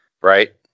Right